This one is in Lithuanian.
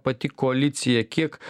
pati koalicija kiek